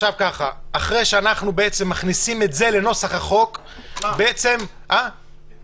אחרי שאנחנו מכניסים את זה לנוסח החוק --- את מה?